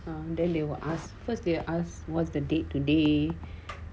and then they will ask first they ask what's the date today